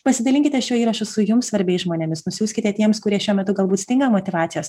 pasidalinkite šiuo įrašu su jums svarbiais žmonėmis nusiųskite tiems kurie šiuo metu galbūt stinga motyvacijos